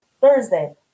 Thursday